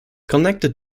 connected